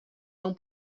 não